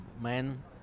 men